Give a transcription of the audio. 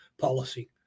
policy